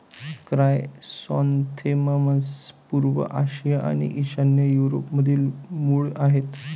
chrysanthemums पूर्व आशिया आणि ईशान्य युरोपमधील मूळ आहेत